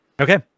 okay